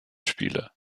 spieler